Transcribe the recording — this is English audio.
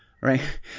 right